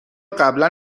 قبلا